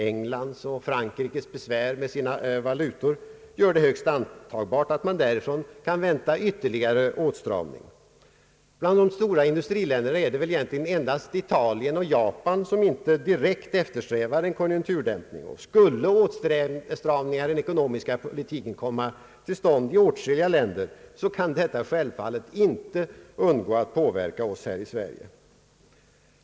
Englands och Frankrikes besvär med sina valutor gör det högst antagligt att man därifrån kan vänta ytterligare åtstramning. Bland de stora industriländerna är det väl egentligen endast Italien och Japan som inte direkt eftersträvar en konjunkturdämpning. Skulle åtstramningar i den ekonomiska politiken komma till stånd i åtskilliga länder, kan detta självfallet inte undgå att påverka oss här i Sverige.